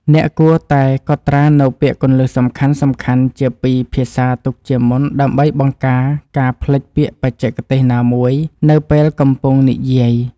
អ្នកគួរតែកត់ត្រានូវពាក្យគន្លឹះសំខាន់ៗជាពីរភាសាទុកជាមុនដើម្បីបង្ការការភ្លេចពាក្យបច្ចេកទេសណាមួយនៅពេលកំពុងនិយាយ។